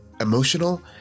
emotional